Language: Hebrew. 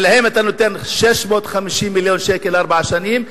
ולהם אתה נותן 650 מיליון שקל לארבע שנים.